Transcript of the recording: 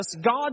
God